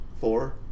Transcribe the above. Four